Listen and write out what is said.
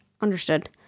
understood